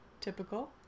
typical